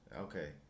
Okay